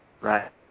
right